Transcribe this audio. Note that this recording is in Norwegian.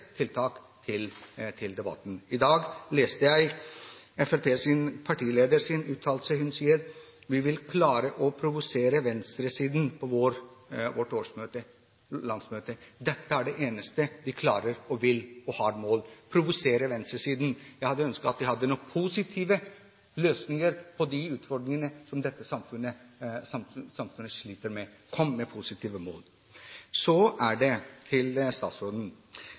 tiltak til debatten. I dag leste jeg Fremskrittspartiets partileders uttalelse. Hun sa at de nok skal klare å provosere venstresiden på Fremskrittspartiets landsmøte. Dette er det eneste de klarer, vil og har som mål: å provosere venstresiden. Jeg hadde ønsket at de hadde noen positive løsninger på de utfordringene som dette samfunnet sliter med. Kom med positive mål! Så til statsråden: Jeg har veldig tillit til både statsråden